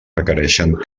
requereixen